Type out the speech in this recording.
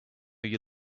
you